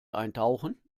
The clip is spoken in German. eintauchen